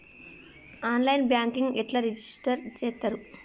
On line banking ఎట్లా register చేత్తరు?